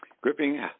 gripping